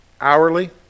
Hourly